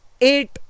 eight